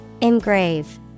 Engrave